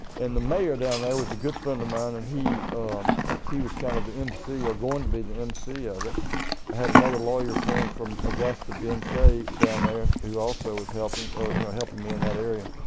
and the mayor down there was a good friend of mine and he he was kind of the m c or going to be the m c of it. i had another lawyer friend from augusta ben kay down there who also was helping you know me in that area.